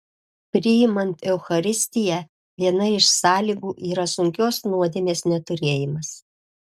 priimant eucharistiją viena iš sąlygų yra sunkios nuodėmės neturėjimas